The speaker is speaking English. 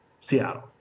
seattle